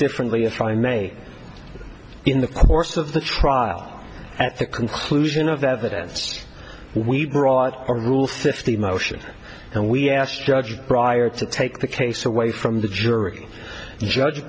differently if i may in the course of the trial at the conclusion of that evidence we brought a rule fifty motion and we asked judge bryer to take the case away from the jury and judge